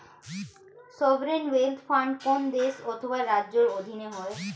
sovereign wealth fund কোন দেশ অথবা রাজ্যের অধীনে হয়